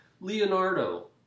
Leonardo